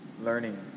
learning